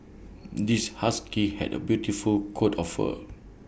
this husky had A beautiful coat of fur